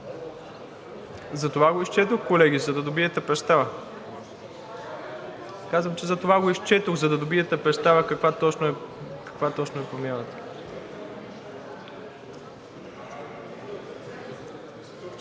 Затова го изчетох, колеги, за да добиете представа. (Реплики.) Казвам, че затова го изчетох, за да добиете представа каква точно е промяната.